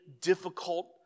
difficult